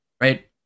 right